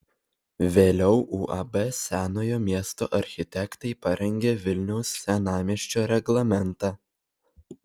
vėliau uab senojo miesto architektai parengė vilniaus senamiesčio reglamentą